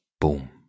boom